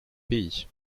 pays